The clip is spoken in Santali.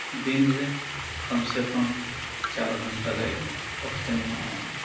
ᱫᱤᱱᱨᱮ ᱠᱚᱢ ᱥᱮ ᱠᱚᱢ ᱪᱟᱨ ᱜᱷᱚᱱᱴᱟ ᱜᱟᱱ ᱚᱠᱛᱚᱧ ᱮᱢᱟᱜ ᱟ